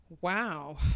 Wow